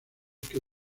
que